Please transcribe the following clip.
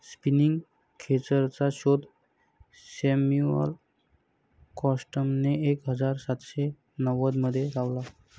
spinning खेचरचा शोध Samuel क्रॉम्प्टनने एक हजार सातशे नव्वदमध्ये लावला